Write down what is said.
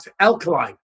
alkaline